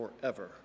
forever